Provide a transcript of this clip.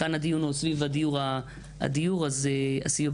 וכאן הדיון הוא סביב הדיור וזה העיקר.